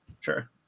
sure